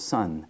Son